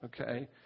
Okay